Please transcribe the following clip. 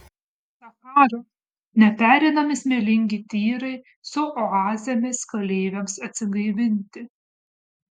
sachara nepereinami smėlingi tyrai su oazėmis keleiviams atsigaivinti